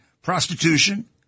prostitution